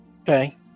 Okay